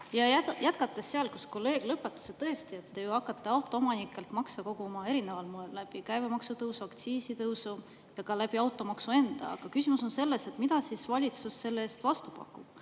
Jätkan sealt, kus kolleeg lõpetas. Tõesti, te ju hakkate autoomanikelt makse koguma erineval moel: läbi käibemaksu tõusu, aktsiisitõusu ja ka läbi automaksu. Küsimus on selles, mida valitsus selle eest vastu pakub.